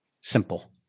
simple